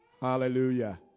Hallelujah